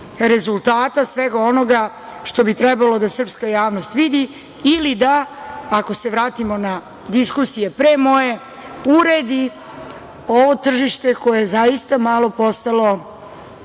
rezultata svega onoga što bi trebalo da srpska javnost vidi ili da, ako se vratimo na diskusije pre moje, uredi ovo tržište koje je zaista malo postalo,